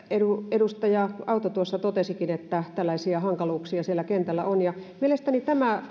edustaja autto tuossa totesikin että tällaisia hankaluuksia siellä kentällä on mielestäni tämä